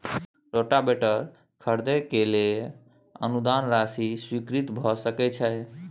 Rotavator खरीदे के लिए अनुदान राशि स्वीकृत भ सकय छैय?